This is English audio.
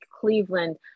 Cleveland